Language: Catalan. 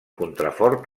contrafort